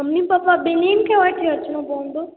mummy papa ॿिन्हिनि खे वठी अचिणो पवंदो